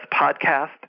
podcast